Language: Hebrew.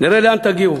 נראה לאן תגיעו.